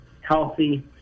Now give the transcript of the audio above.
healthy